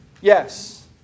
yes